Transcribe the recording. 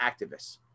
activists